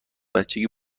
بچگی